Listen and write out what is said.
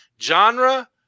genre